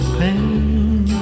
pain